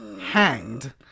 hanged